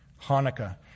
Hanukkah